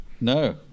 no